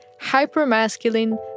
hyper-masculine